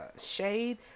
shade